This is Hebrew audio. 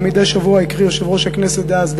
שבה מדי שבוע הקריא יושב-ראש הכנסת דאז,